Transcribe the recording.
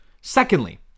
Secondly